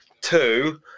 two